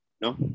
No